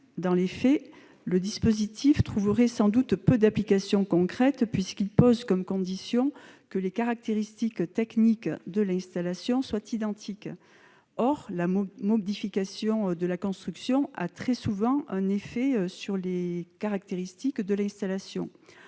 Enfin, le dispositif aurait sans doute peu d'applications concrètes puisqu'il pose comme condition que les caractéristiques techniques de l'installation soient identiques. Or la modification de la construction a très souvent un effet sur les caractéristiques de l'installation.